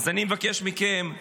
אז אני מבקש מכם,